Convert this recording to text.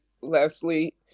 leslie